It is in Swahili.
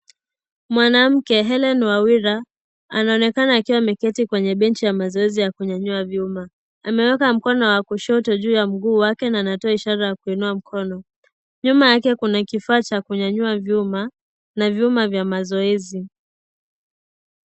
Mwanamke Hellen Wawira anaonekana akiwa ameketi kwenye benchi ya mazoezi ya kunyanyua vyuma ameweka mkono wa kushoto juu ya mguu wake na anatoa ishara ya kuinua mkono nyuma yake kuna kifaa cha kunyanyua vyuma, na vyuma vya mazoezi.